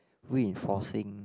reinforcing